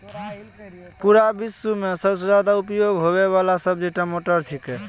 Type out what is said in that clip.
पूरा विश्व मॅ सबसॅ ज्यादा उपयोग होयवाला सब्जी टमाटर छेकै